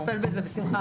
נטפל בזה בשמחה.